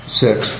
six